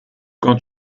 quand